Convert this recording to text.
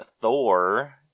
Thor